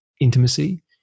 intimacy